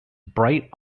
bright